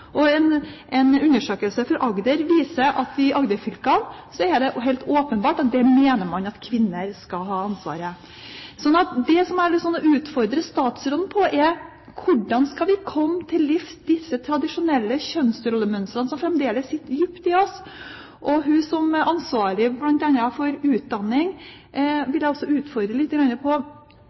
En undersøkelse fra Agder viser at i Agder-fylkene mener man helt åpenbart at kvinner skal ha ansvaret. Så det jeg har lyst til å utfordre statsråden på er: Hvordan skal vi komme til livs disse tradisjonelle kjønnsrollemønstrene som fremdeles sitter dypt i oss? Jeg vil også utfordre henne som er ansvarlig bl.a. for utdanning,